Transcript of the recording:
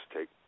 Take